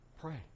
Pray